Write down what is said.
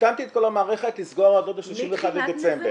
טמטמתי את כל המערכת לסגור הועדות ב-31 בדצמבר.